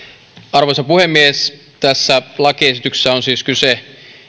arvoisa puhemies tässä lakiesityksessä on siis kyse